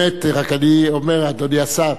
אם מדובר פה ב-3 מיליארד,